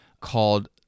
called